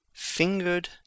Fingered